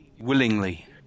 Willingly